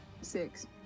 Six